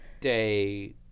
day